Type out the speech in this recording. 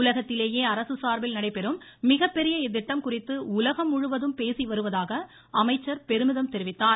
உலத்திலேயே அரசு சார்பில் நடைபெறும் மிகப்பெரிய இத்திட்டம் குறித்து உலகம் முழுவதும் பேசி வருவதாக அமைச்சர் பெருமிதம் தெரிவித்தார்